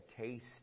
taste